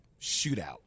shootout